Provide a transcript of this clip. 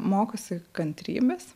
mokosi kantrybės